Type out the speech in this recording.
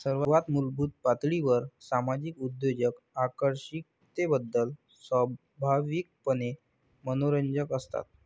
सर्वात मूलभूत पातळीवर सामाजिक उद्योजक आकर्षकतेबद्दल स्वाभाविकपणे मनोरंजक असतात